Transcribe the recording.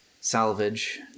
salvage